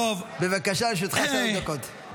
בבקשה, לרשותך שלוש דקות.